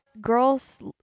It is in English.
girls